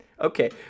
Okay